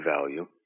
value